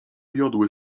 jodły